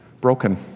broken